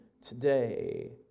today